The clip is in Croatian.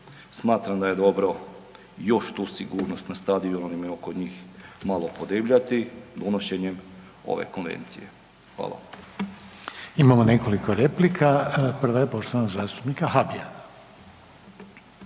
smatram da je dobro još tu sigurnost na stadionima i oko njih malo podebljati unošenjem ove konvencije. Hvala. **Reiner, Željko (HDZ)** Imamo nekoliko replika. Prva je poštovanog zastupnika Habijana.